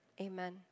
amen